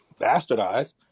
bastardized